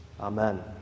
Amen